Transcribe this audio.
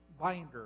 binder